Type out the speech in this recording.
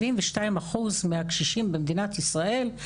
72 אחוז מהקשישים במדינת ישראל,